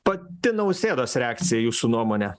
pati nausėdos reakcija jūsų nuomone